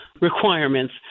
requirements